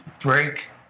break